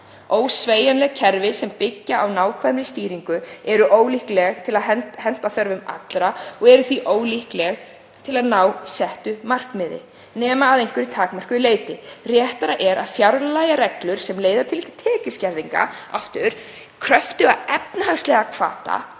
Ósveigjanleg kerfi sem byggjast á nákvæmri stýringu eru ólíkleg til að henta þörfum allra og eru því ólíkleg til að ná settu markmiði, nema að einhverju takmörkuðu leyti. Réttara er að fjarlægja reglur sem leiða til tekjuskerðinga — aftur, kröftuga efnahagslega hvata